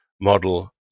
model